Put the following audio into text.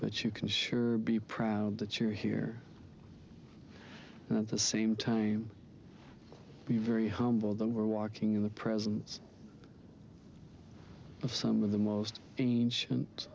but you can sure be proud that you're here and at the same time be very humble that we're walking in the presence of some of the most ancient